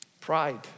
Pride